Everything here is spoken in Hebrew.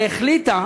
והחליטה